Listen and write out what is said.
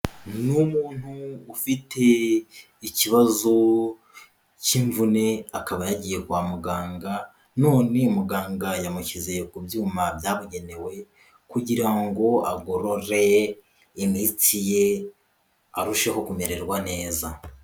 Ni umuntu ufite ikibazo cy'imvune akaba yagiye kwa muganga, none muganga yamushyize ku byuma byabugenewe, kugira ngo agorore imitsi ye arusheho kumererwa neza.